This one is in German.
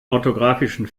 orthografischen